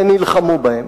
ונלחמו בהם,